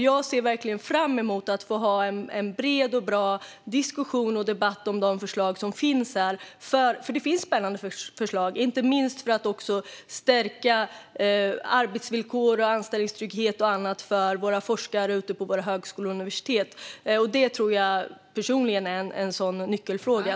Jag ser verkligen fram emot att få ha en bred och bra diskussion och debatt om de förslag som finns här, för det finns spännande förslag, inte minst för att också stärka arbetsvillkor, anställningstrygghet och annat för våra forskare ute på våra högskolor och universitet. Det tror jag personligen är en sådan nyckelfråga.